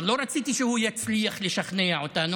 אבל לא רציתי שהוא יצליח לשכנע אותנו.